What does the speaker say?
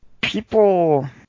people